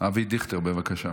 אבי דיכטר, בבקשה,